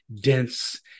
dense